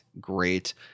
great